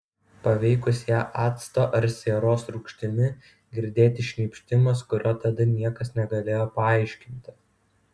paveikus ją acto ar sieros rūgštimi girdėti šnypštimas kurio tada niekas negalėjo paaiškinti